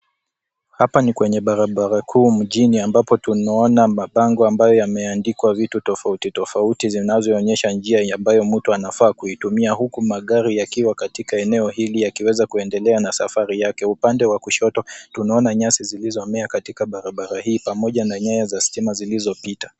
Hapa ni kwenye barabara kuu mjini ambapo tunaona mabango ambayo yameandikwa vitu tofauti tofauti zinazo onyesha njia ambayo mtu anafaa kuitumia huku magari yakiwa katika eneo hili yakiweza kuendelea katika na safari yake. Upande wa kushoto tunaona nyasi zilizomea katika barabara hii pamoja na nyanya za stima zilizopita.